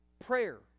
Prayer